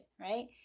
right